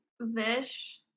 Vish